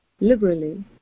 Liberally